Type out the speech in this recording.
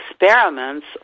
experiments